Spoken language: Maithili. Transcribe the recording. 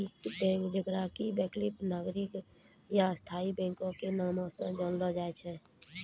नैतिक बैंक जेकरा कि वैकल्पिक, नागरिक या स्थायी बैंको के नामो से जानलो जाय छै